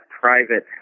private